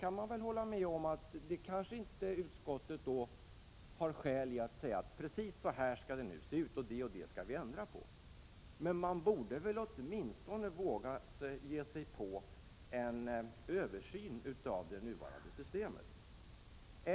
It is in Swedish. Jag kan hålla med om att utskottet kanske inte har skäl för att säga att precis så här skall det se ut, och det och det skall vi ändra på. Men man borde väl åtminstone våga ge sig på en översyn av det nuvarande systemet.